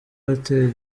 hotel